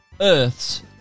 Earths